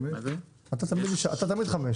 יש שש